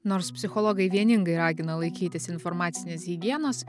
nors psichologai vieningai ragina laikytis informacinės higienos